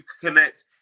connect